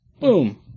Boom